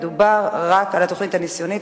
מדובר רק על התוכנית הניסיונית,